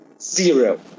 zero